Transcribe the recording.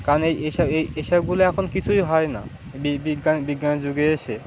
কারণ এইসব এই এসবগুলো এখন কিছুই হয় না বিজ্ঞান বিজ্ঞানের যুগে এসে